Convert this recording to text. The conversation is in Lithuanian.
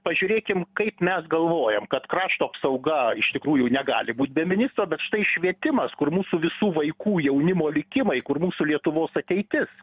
pažiūrėkim kaip mes galvojam kad krašto apsauga iš tikrųjų negali būt be ministro bet štai švietimas kur mūsų visų vaikų jaunimo likimai kur mūsų lietuvos ateitis